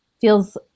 feels